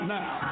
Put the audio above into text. now